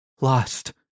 Lost